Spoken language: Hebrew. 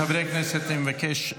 חברי הכנסת, אני מבקש.